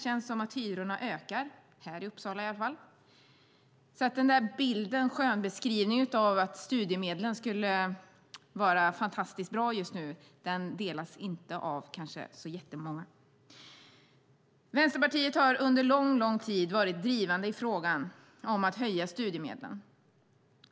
Känns som att hyrorna ökar här i Uppsala i alla fall. Den skönmålande bilden att studiemedlen skulle vara fantastiskt bra just nu delas kanske inte av så jättemånga. Vänsterpartiet har under lång, lång tid varit drivande i frågan om att höja studiemedlen.